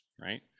right